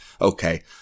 Okay